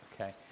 okay